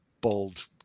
bold